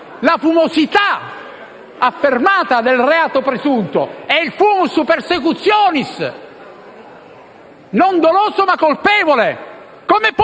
la fumosità affermata del reato presunto, era il *fumus persecutionis*, non doloso ma colpevole.